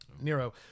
nero